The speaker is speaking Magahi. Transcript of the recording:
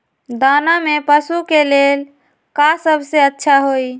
दाना में पशु के ले का सबसे अच्छा होई?